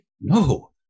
No